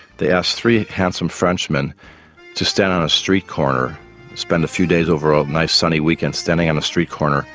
they asked three handsome frenchmen to stand on a street corner and spend a few days over a nice sunny weekend standing on a street corner